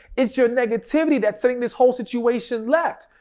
it's your negativity that's setting this whole situation left.